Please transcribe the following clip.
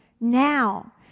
Now